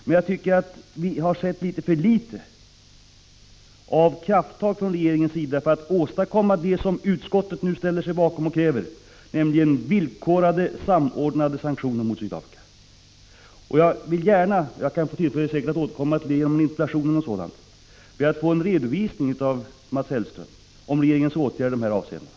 Men jag tycker att vi har sett litet för litet av krafttag från regeringens sida för att åstadkomma det som utskottet nu ställer sig bakom och kräver, nämligen internationellt samordnade och villkorade sanktioner mot Sydafrika. Jag vill gärna — och jag får säkert tillfälle att återkomma t.ex. i en interpellation — ha en redovisning av Mats Hellström om regeringens åtgärder i de här avseendena.